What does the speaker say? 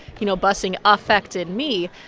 you know, busing affected me,